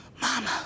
Mama